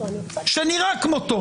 שנראה כמותו,